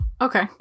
okay